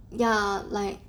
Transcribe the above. ya like